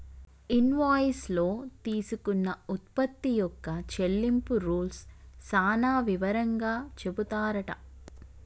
invoice లో తీసుకున్న ఉత్పత్తి యొక్క చెల్లింపు రూల్స్ సాన వివరంగా చెపుతారట